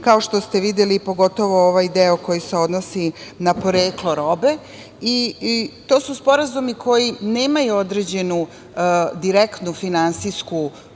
kao što ste videli, pogotovo ovaj deo koji se odnosi na poreklo robe. To su sporazumi koji nemaju određenu direktnu finansijsku